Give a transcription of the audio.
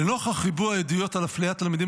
לנוכח ריבוי העדויות על אפליית תלמידים